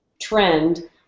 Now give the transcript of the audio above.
trend